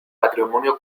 patrimonio